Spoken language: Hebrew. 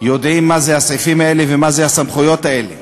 יודעים מה הם הסעיפים האלה ומה הן הסמכויות האלה.